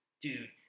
Dude